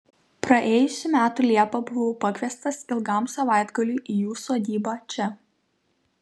praėjusių metų liepą buvau pakviestas ilgam savaitgaliui į jų sodybą čia